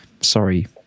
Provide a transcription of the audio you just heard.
Sorry